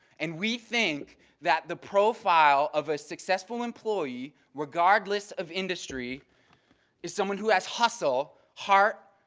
and we think that the profile of a successful employee regardless of industry is someone who has hustle, heart,